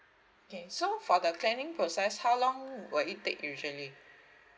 okay so for the claiming process how long will it take usually